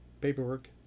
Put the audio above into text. paperwork